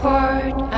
Port